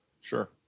Sure